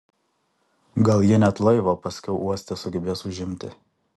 gal jie net laivą paskiau uoste sugebės užimti